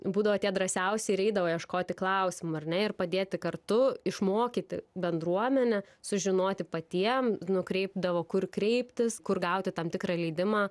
būdavo tie drąsiausi ir eidavo ieškoti klausimų ar ne ir padėti kartu išmokyti bendruomenę sužinoti patiem nukreipdavo kur kreiptis kur gauti tam tikrą leidimą